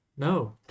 No